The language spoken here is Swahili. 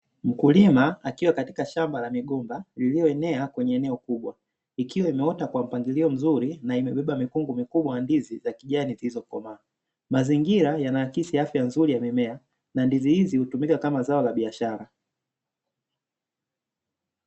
Mkulima akiwa katika shamba la migomba lilioenea kwenye eneo kubwa. Ikiwa imeota kwa mpangilio mzuri na imebeba mikungu mikubwa ya ndizi za kijani zilizokomaa. Mazingira yanaakisi afya nzuri ya mimea na ndizi hizi hutumika kama zao la biashara.